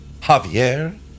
Javier